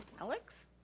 alex.